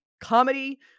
comedy